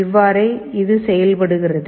இவ்வாறே இது செயல்படுகிறது